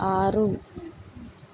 ఆరు